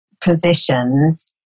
positions